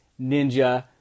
Ninja